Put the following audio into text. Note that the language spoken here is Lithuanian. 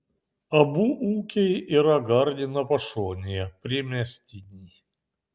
abu ūkiai yra gardino pašonėje priemiestiniai